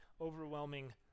overwhelming